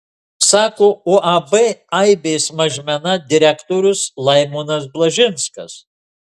sako uab aibės mažmena direktorius laimonas blažinskas